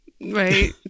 Right